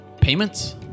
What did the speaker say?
payments